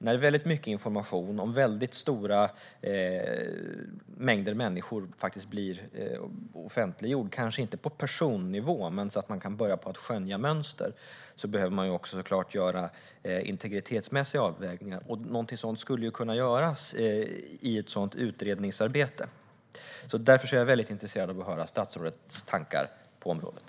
När väldigt mycket information om stora mängder människor blir offentliggjord - det kanske inte blir på personnivå men på så sätt att man kan skönja mönster - behöver man såklart göra integritetsmässiga avvägningar. Det skulle kunna göras i ett sådant utredningsarbete. Därför är jag väldigt intresserad av att höra statsrådets tankar på området.